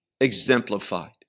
exemplified